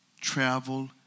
travel